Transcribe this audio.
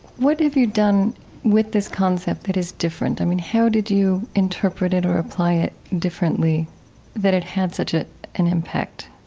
what have you done with this concept that is different? i mean, how did you interpret it or apply it differently that it had such an impact?